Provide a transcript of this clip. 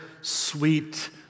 sweet